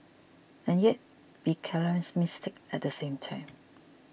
and yet be charismatic at the same time